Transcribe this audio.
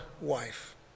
wife